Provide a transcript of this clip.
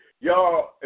Y'all